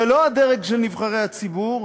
ולא הדרג של נבחרי הציבור,